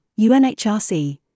UNHRC